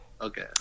Okay